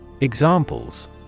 Examples